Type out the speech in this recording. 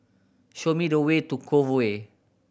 show me the way to Cove Way